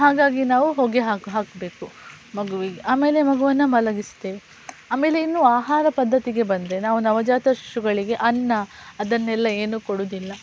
ಹಾಗಾಗಿ ನಾವು ಹೊಗೆ ಹಾಕಿ ಹಾಕಬೇಕು ಮಗುವಿಗೆ ಆಮೇಲೆ ಮಗುವನ್ನು ಮಲಗಿಸ್ತೇವೆ ಆಮೇಲೆ ಇನ್ನೂ ಆಹಾರ ಪದ್ಧತಿಗೆ ಬಂದರೆ ನಾವು ನವಜಾತ ಶಿಶುಗಳಿಗೆ ಅನ್ನ ಅದನ್ನೆಲ್ಲ ಏನೂ ಕೊಡುವುದಿಲ್ಲ